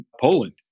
Poland